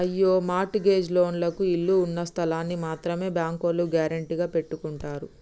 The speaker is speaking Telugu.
అయ్యో మార్ట్ గేజ్ లోన్లకు ఇళ్ళు ఉన్నస్థలాల్ని మాత్రమే బ్యాంకోల్లు గ్యారెంటీగా పెట్టుకుంటారు